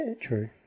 true